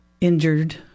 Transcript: injured